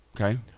Okay